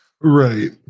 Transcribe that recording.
Right